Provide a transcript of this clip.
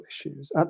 issues